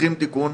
שצריכים תיקון,